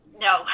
no